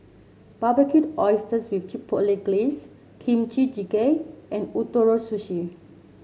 Barbecued Oysters with Chipotle Glaze Kimchi Jjigae and Ootoro Sushi